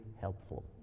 helpful